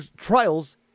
trials